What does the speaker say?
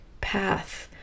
path